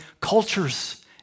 Cultures